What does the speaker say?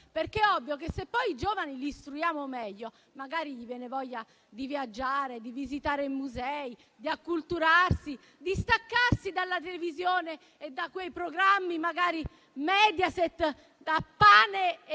è ovvio che, se poi i giovani li istruiamo meglio, magari viene loro voglia di viaggiare, di visitare i musei, di acculturarsi, di staccarsi dalla televisione e da quei programmi, magari Mediaset, da pane e